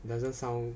it doesn't sound